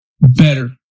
better